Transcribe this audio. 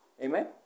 Amen